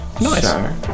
nice